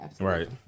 Right